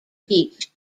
beach